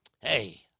Hey